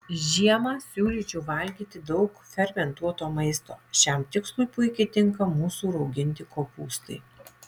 žiemą siūlyčiau valgyti daug fermentuoto maisto šiam tikslui puikiai tinka mūsų rauginti kopūstai